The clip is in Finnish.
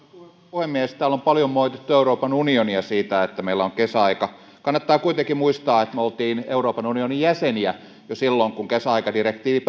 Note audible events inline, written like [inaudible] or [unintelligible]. puhemies täällä on paljon moitittu euroopan unionia siitä että meillä on kesäaika kannattaa kuitenkin muistaa että me olimme euroopan unionin jäseniä jo silloin kun kesäaikadirektiivi [unintelligible]